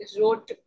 wrote